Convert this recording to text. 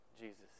Jesus